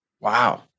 Wow